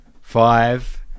five